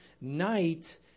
Night